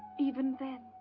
even then.